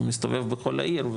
הוא מסתובב בכל העיר,